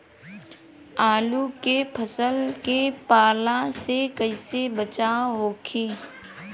आलू के फसल के पाला से कइसे बचाव होखि?